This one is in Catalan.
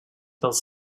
dels